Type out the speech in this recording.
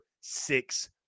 six